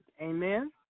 Amen